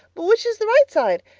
but which is the right side?